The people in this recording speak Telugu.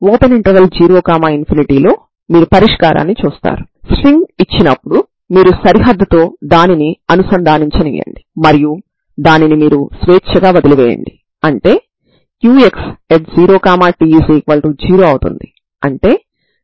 μ0 b a0 కు 2sinh μ ≠ 0 అని మనకు తెలుసు కాబట్టి eμa e μa eμb e μb యొక్క డిటెర్మినెంట్ 0 కాదు కాబట్టి c1 c2 0 0 అవుతుంది